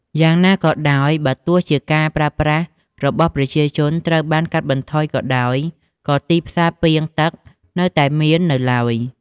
យ៉ាងណាក៏ដោយ បើទោះជាការប្រើប្រាស់របស់ប្រជាជនត្រូវបានកាត់បន្ថយក៏ដោយ ក៏ទីផ្សារពាងទឹកនៅតែមាននៅឡើយ។